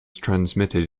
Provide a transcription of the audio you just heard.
transmitted